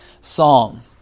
psalm